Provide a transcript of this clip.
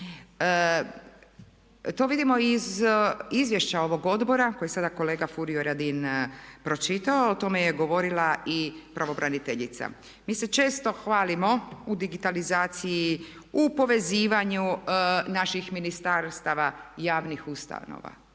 To vidimo i iz izvješća ovog odbora koji je sada kolega Furio Radin pročitao, o tome je govorila i pravobraniteljica. Mi se često hvalimo u digitalizaciji, u povezivanju naših ministarstava javnih ustanova,